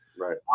Right